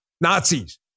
Nazis